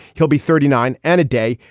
he'll be thirty nine and a day,